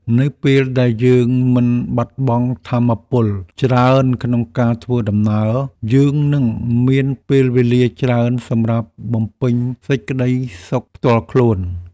នៅពេលដែលយើងមិនបាត់បង់ថាមពលច្រើនក្នុងការធ្វើដំណើរ យើងនឹងមានពេលវេលាច្រើនសម្រាប់បំពេញសេចក្តីសុខផ្ទាល់ខ្លួន។